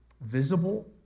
visible